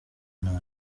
nabi